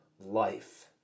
life